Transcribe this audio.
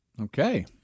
Okay